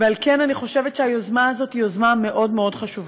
ועל כן אני חושבת שהיוזמה הזאת היא מאוד מאוד חשובה.